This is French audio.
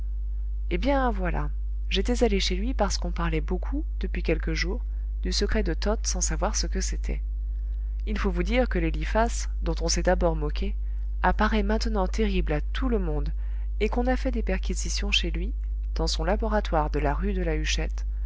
eh bien voilà j'étais allé chez lui parce qu'on parlait beaucoup depuis quelques jours du secret de toth sans savoir ce que c'était il faut vous dire que l'eliphas dont on s'est d'abord moqué apparaît maintenant terrible à tout le monde et qu'on a fait des perquisitions chez lui dans son laboratoire de la rue de la huchette